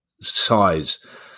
size